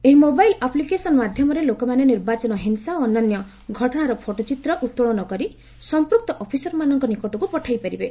ଏହି mobile application ମାଧ୍ୟମରେ ଲୋକମାନେ ନିର୍ବାଚନ ହିଂସା ଓ ଅନ୍ୟାନ୍ୟ ଘଟଣାର ଫଟୋଚିତ୍ର ଉତ୍ତୋଳନ କରି ସମ୍ପୃକ୍ତ ଅଫିସରମାନଙ୍କ ନିକଟକୁ ପଠାଇପାରିବେ